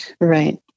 right